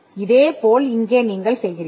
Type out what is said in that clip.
இதேபோல் இங்கே நீங்கள் செய்கிறீர்கள்